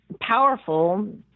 powerful